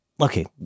okay